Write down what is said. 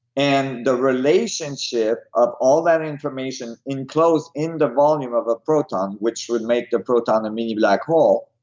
and the relationship of all that information enclosed in the volume of a proton which would make the proton the mini black hole